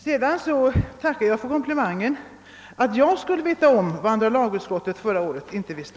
Till sist tackar jag för komplimangen att jag skulle ha vetat vad andra lagutskottet förra året inte visste.